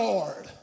Lord